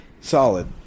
Solid